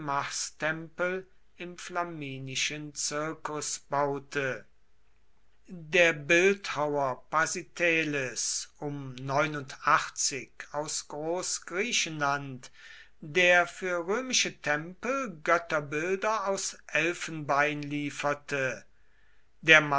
marstempel im flaminischen circus baute der bildhauer pa aus großgriechenland der für römische tempel götterbilder aus elfenbein lieferte der